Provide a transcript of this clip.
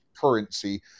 currency